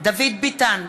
דוד ביטן,